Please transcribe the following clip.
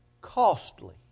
costly